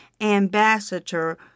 ambassador